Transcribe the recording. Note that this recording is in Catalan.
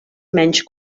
menys